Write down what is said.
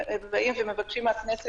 שנאמר שהן אפקטיביות,